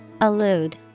Allude